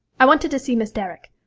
i wanted to see miss derrick.